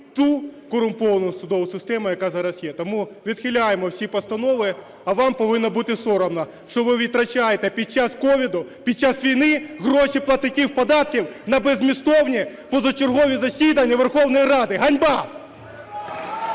ту корумповану судову систему, яка зараз є. Тому відхиляємо всі постанови. А вам повинно бути соромно, що ви витрачаєте під час COVID, під час війни гроші платників податків на беззмістовні позачергові засідання Верховної Ради! Ганьба!